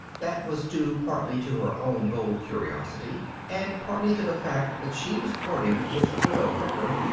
that was due partly to her own bold curiosity and partly to the fact that she was boarding with the widow becker,